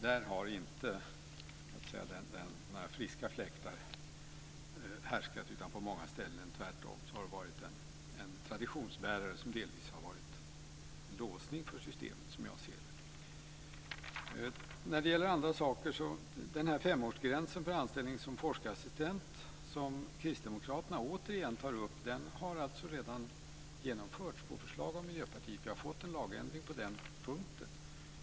Där har inte några friska fläktar härskat. På många ställen har det tvärtom varit en traditionsbärare som delvis har varit en låsning för systemet, som jag ser det. Den femårsgräns för anställning som forskarassistent som kristdemokraterna återigen tar upp har redan genomförts på förslag av Miljöpartiet. Vi har fått en lagändring på den punkten.